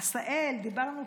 עשהאל.